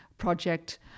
Project